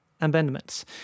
amendments